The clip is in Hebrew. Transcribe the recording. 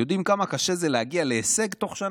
יודעים כמה קשה להגיע להישג תוך שנה,